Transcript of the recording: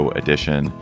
edition